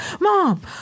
Mom